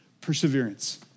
Perseverance